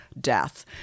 death